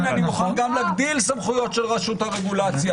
אני מוכן גם להגדיל את הסמכויות של רשות הרגולציה.